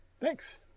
Thanks